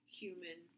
human